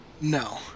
no